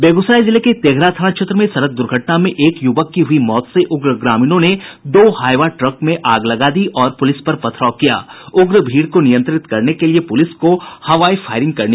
बेगूसराय जिले के तेघड़ा थाना क्षेत्र में सड़क दुर्घटना में एक युवक की हुयी मौत से उग्र ग्रामीणों ने दो हाइवा ट्रक में आग लगा दी और पुलिस पर पथराव किया उग्र भीड़ को नियंत्रित करने के लिए पुलिस को हवाई फायरिंग करनी पड़ी